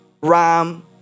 ram